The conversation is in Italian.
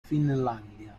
finlandia